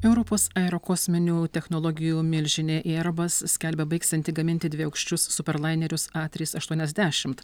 europos aerokosminių technologijų milžinė airbus skelbia baigsianti gaminti dviaukščius super lainerius a trys aštuoniasdešimt